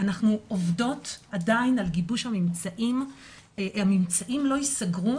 אנחנו עובדות עדיין על גיבוש הממצאים והממצאים לא ייסגרו,